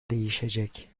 değişecek